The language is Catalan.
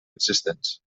existents